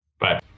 Bye